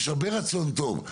יש הרבה רצון טוב.